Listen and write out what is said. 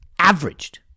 averaged